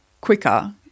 quicker